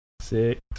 Six